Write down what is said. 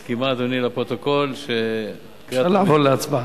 מסכימה, אדוני, לפרוטוקול, אפשר לעבור להצבעה.